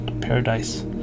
Paradise